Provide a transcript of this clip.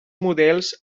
models